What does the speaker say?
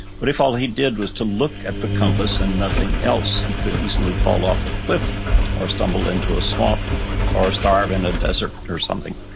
but if all he did was to look at the compass and nothing else, he could easily fall off a cliff or stumble into a swamp or starve in a desert or something.